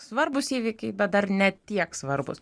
svarbūs įvykiai bet dar ne tiek svarbūs